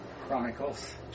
Chronicles